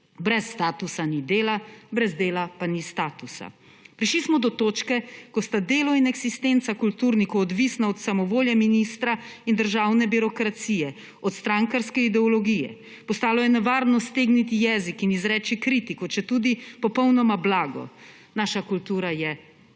brez statusa ni dela, brez dela pa ni statusa. Prišli smo do točke, ko sta delo in eksistenca kulturnikov odvisna od samovolje ministra in državne birokracije, od strankarske ideologije. Postalo je nevarno stegniti jezik in izreči kritiko, četudi popolnoma blago. Naša kultura je upehana,